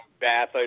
bath